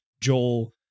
Joel